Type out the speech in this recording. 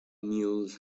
mules